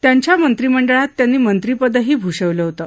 त्यांच्या मंत्रिमंडळात त्यांनी मंत्रीपदही भूषवलं होतं